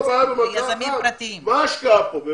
מה ההשקעה פה?